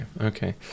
okay